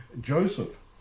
joseph